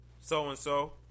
so-and-so